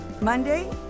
Monday